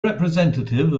representative